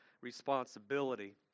responsibility